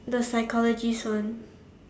the psychologist one